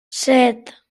set